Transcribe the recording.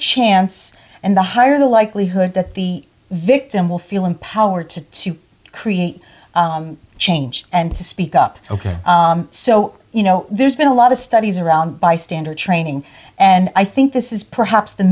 chance and the higher the likelihood that the victim will feel empowered to to create change and to speak up ok so you know there's been a lot of studies around bystander training and i think this is perhaps the